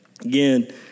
again